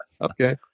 Okay